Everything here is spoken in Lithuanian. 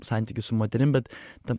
santykį su moterim bet taip